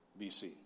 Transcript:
BC